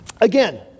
Again